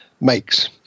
makes